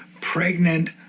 pregnant